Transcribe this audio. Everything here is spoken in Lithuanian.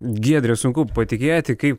giedre sunku patikėti kaip